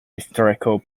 historical